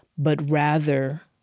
but rather,